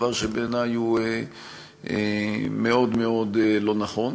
דבר שבעיני הוא מאוד מאוד לא נכון.